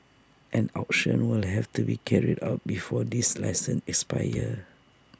an auction will have to be carried out before these licenses expire